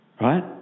Right